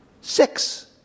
Six